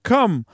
Come